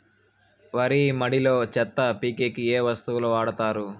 వరి మడిలో చెత్త పీకేకి ఏ వస్తువులు వాడుతారు?